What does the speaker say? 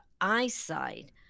eyesight